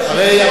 הסתייגות 16,